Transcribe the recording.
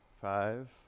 Five